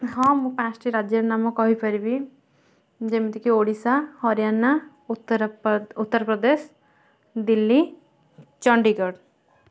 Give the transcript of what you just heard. ହଁ ମୁଁ ପାଞ୍ଚ ଟି ରାଜ୍ୟର ନାମ କହିପାରିବି ଯେମିତିକି ଓଡ଼ିଶା ହରିଆନା ଉତ୍ତରପ୍ରଦେଶ ଦିଲ୍ଲୀ ଚଣ୍ଡିଗଡ଼